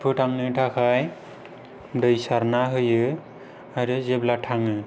फोथांनो थाखाय दै सारना होयो आरो जेब्ला थाङो